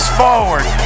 forward